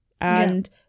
And-